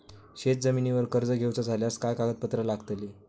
शेत जमिनीवर कर्ज घेऊचा झाल्यास काय कागदपत्र लागतली?